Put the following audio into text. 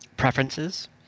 Preferences